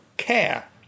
care